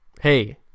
Hey